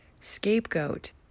scapegoat